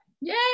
Yay